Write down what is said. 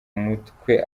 umutwe